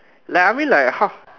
like I mean like how